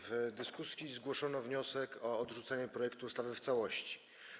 W dyskusji zgłoszono wniosek o odrzucenie projektu ustawy w całości.